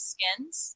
Skins